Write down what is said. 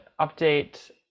update